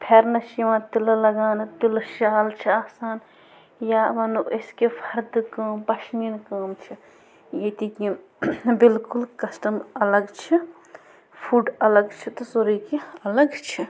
فٮ۪رَنس چھِ یِوان تِلہٕ لگاونہٕ تِلہٕ شال چھِ آسان یا وَنَو أسۍ کہِ فَردٕ کٲم پشمیٖن کٲم چھِ ییٚتِکۍ یِم بِلکُل کَسٹَم اَلگ چھِ فُڈ الگ چھِ تہِ سورٕے کیٚنہہ الگ چھِ